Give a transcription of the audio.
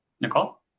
Nicole